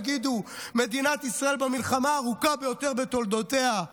יגידו: מדינת ישראל במלחמה הארוכה ביותר בתולדותיה,